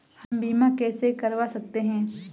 हम बीमा कैसे करवा सकते हैं?